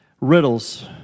riddles